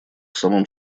самым